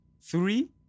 Three